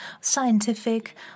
scientific